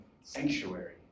sanctuary